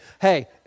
Hey